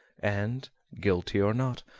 and, guilty or not,